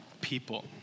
people